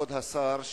כבוד השר,